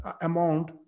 amount